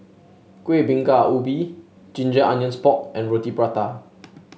Kuih Bingka Ubi Ginger Onions Pork and Roti Prata